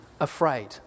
afraid